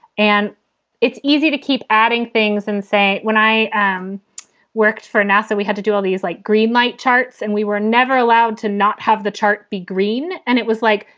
and it's easy to keep adding things and say, when i um worked for nasa, we had to do all these like greenlight charts and we were never allowed to not have the chart be green. green. and it was like,